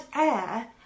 air